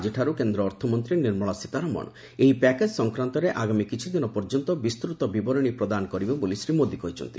ଆଜିଠାରୁ କେନ୍ଦ୍ର ଅର୍ଥମନ୍ତ୍ରୀ ନିର୍ମଳା ସୀତାରମଣ ଏହି ପ୍ୟାକେଜ୍ ସଫକ୍ରାନ୍ତରେ ଆଗାମୀ କିଛି ଦିନ ପର୍ଯ୍ୟନ୍ତ ବିସ୍ତୃତ ବିବରଣୀ ପ୍ରଦାନ କରିବେ ବୋଲି ଶ୍ରୀ ମୋଦୀ କହିଛନ୍ତି